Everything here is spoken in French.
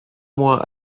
mois